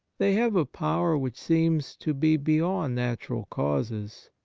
they have a power which seems to be beyond natural causes,